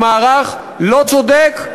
הוא מערך לא צודק,